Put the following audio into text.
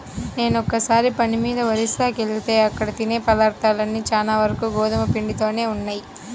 నేనొకసారి పని మీద ఒరిస్సాకెళ్తే అక్కడ తినే పదార్థాలన్నీ చానా వరకు గోధుమ పిండితోనే ఉన్నయ్